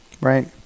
Right